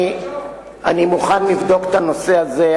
אני מוכן לבדוק את הנושא הזה.